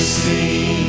see